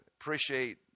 appreciate